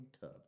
tub